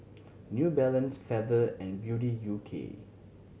New Balance Feather and Beauty U K